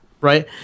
Right